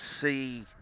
see